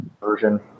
version